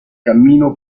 cammino